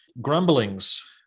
grumblings